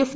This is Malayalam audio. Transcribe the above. എഫ്